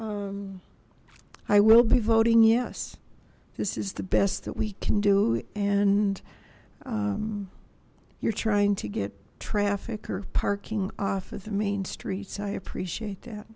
that i will be voting yes this is the best that we can do and you're trying to get traffic or parking off of the main street so i appreciate that